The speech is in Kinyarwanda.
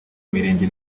mirenge